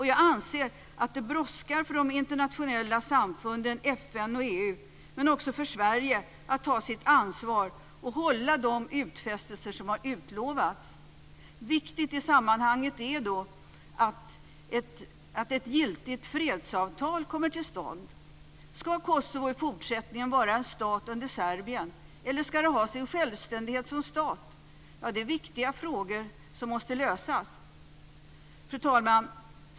Jag anser att det brådskar för de internationella samfunden FN och EU men också för Sverige att ta sitt ansvar och hålla de utfästelser som har utlovats. Viktigt i sammanhanget är då att ett giltigt fredsavtal kommer till stånd. Ska Kosovo i fortsättningen vara en stat under Serbien, eller ska det ha sin självständighet som stat? Det är viktiga frågor som måste lösas. Fru talman!